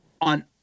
on